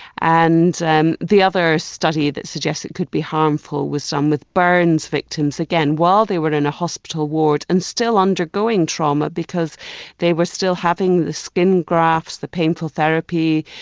and and the other study that suggested it could be harmful was done with burns victims again while they were in a hospital ward and still undergoing trauma because they were still having the skin grafts, the painful therapy,